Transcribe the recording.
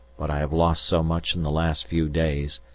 but i have lost so much in the last few days,